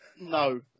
No